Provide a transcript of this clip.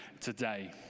today